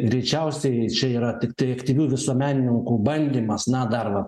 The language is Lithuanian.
tai greičiausiai čia yra tiktai aktyvių visuomenininkų bandymas na dar va